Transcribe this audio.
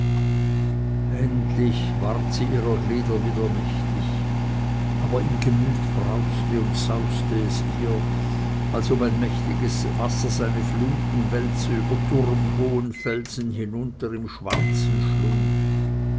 endlich war sie ihrer glieder wieder mächtig aber im gemüte brauste und sauste es ihr als ob ein mächtiges wasser seine fluten wälze über turmhohen felsen hinunter in schwarzen schlund